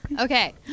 okay